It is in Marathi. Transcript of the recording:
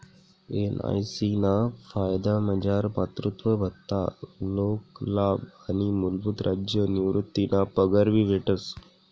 एन.आय.सी ना फायदामझार मातृत्व भत्ता, शोकलाभ आणि मूलभूत राज्य निवृतीना पगार भी भेटस